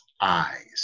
eyes